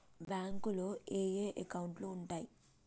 బ్యాంకులో ఏయే అకౌంట్లు ఉంటయ్?